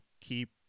keep